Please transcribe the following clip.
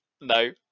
No